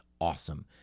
awesome